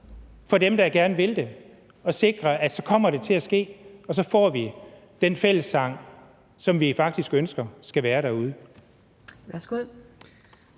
for dem, der gerne vil det, at sikre, at det kommer til at ske, og så får vi den fællessang, som vi faktisk ønsker skal være derude.